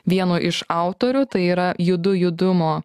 vienu iš autorių tai yra judu judumo